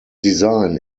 design